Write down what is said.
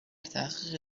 تحقیق